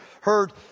heard